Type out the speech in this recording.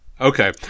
okay